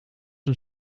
een